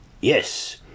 yes